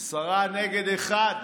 עשרה נגד אחד,